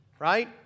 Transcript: Right